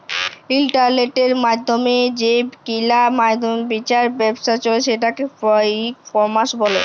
ইলটারলেটের মাইধ্যমে যে কিলা বিচার ব্যাবছা চলে সেটকে ই কমার্স ব্যলে